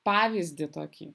pavyzdį tokį